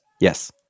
Yes